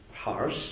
harsh